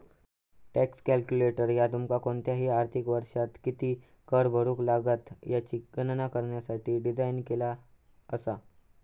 tax calculator ह्या तुमका कोणताही आर्थिक वर्षात किती कर भरुक लागात याची गणना करण्यासाठी डिझाइन केलेला असा